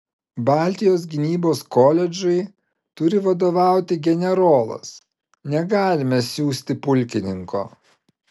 baltijos gynybos koledžui turi vadovauti generolas negalime siųsti pulkininko